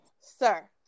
sir